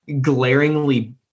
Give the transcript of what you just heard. glaringly